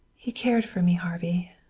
he cared for me, harvey.